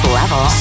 level